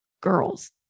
girls